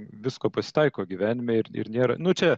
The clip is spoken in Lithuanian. visko pasitaiko gyvenime ir ir nėra nu čia